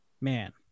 man